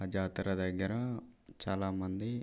ఆ జాతర దగ్గర చాలామంది